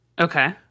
Okay